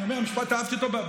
אני אומר: המשפט, אהבתי אותו.